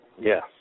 Yes